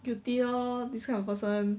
guilty lor this kind of person